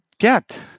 get